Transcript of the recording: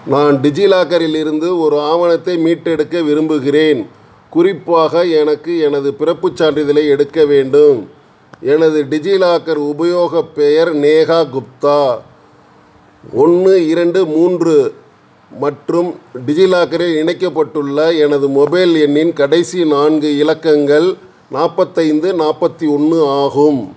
நான் டிஜிலாக்கரில் இருந்து ஒரு ஆவணத்தை மீட்டெடுக்க விரும்புகிறேன் குறிப்பாக எனக்கு எனது பிறப்புச் சான்றிதழை எடுக்க வேண்டும் எனது டிஜிலாக்கர் உபயோகப் பெயர் நேஹா குப்தா ஒன்று இரண்டு மூன்று மற்றும் டிஜிலாக்கரில் இணைக்கப்பட்டுள்ள எனது மொபைல் எண்ணின் கடைசி நான்கு இலக்கங்கள் நாற்பத்து ஐந்து நாற்பத்தி ஒன்று ஆகும்